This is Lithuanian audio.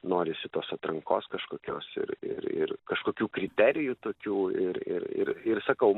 norisi tos atrankos kažkokios ir ir ir kažkokių kriterijų tokių ir ir ir ir sakau